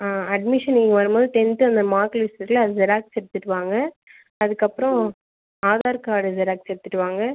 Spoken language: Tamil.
ஆ அட்மிஷன் நீங்கள் வரும்போது டென்த்து அந்த மார்க் லிஸ்ட் இருக்குதுல அதை ஜெராக்ஸ் எடுத்துகிட்டு வாங்க அதுக்கப்புறம் ஆதார் கார்டு ஜெராக்ஸ் எடுத்துகிட்டு வாங்க